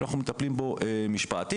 ואנחנו מטפלים בו משמעתית.